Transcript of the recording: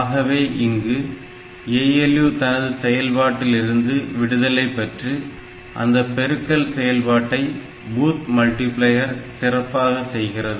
ஆகவே இங்கு ALU தனது செயல்பாட்டில் இருந்து விடுதலை பெற்று அந்த பெருக்கல் செயல்பாட்டை பூத்மல்டிபிளேயர் சிறப்பாக செய்கிறது